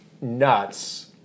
nuts